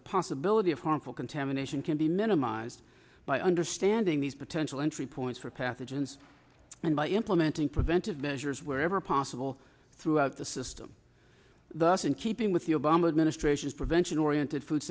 the possibility of harmful contamination can be minimised by understanding these potential entry points for pathogens and by implementing preventive measures wherever possible throughout the system thus in keeping with the obama administration's prevention oriented food